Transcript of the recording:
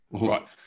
Right